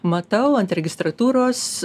matau ant registratūros